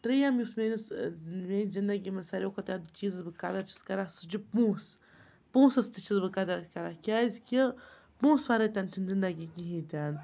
ترٛیٚیِم یُس میٛٲنِس میٛٲنہِ زندگی منٛز ساروٕے کھۄتہٕ یَتھ چیٖزَس بہٕ قدٕر چھَس کَران سُہ چھِ پونٛسہٕ پونٛسَس تہِ چھَس بہٕ قدٕر کَران کیٛازِکہِ پونٛسہٕ وَرٲے تِنہٕ چھَنہٕ زندگی کِہیٖنۍ تہِ نہٕ